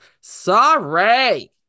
sorry